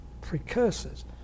precursors